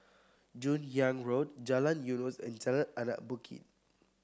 Joon Hiang Road Jalan Eunos and Jalan Anak Bukit